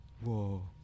whoa